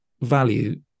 value